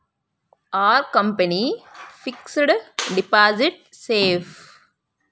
Are company fixed deposit safe?